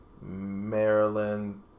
Maryland